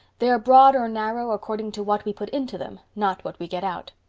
they are broad or narrow according to what we put into them, not what we get out.